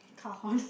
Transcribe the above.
cajon